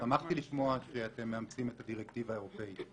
שמחתי לשמוע שאתם מאמצים את הדירקטיבה האירופאית.